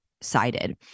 sided